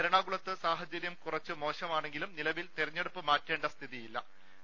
എറണാകുളത്ത് സാഹചര്യം കുറച്ച് മോശമാണെങ്കിലും നിലവിൽ തെരഞ്ഞെടുപ്പ് മാറ്റേണ്ട സ്ഥിതി യിലെത്തിയിട്ടില്ല